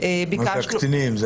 הקטינים?